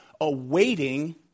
awaiting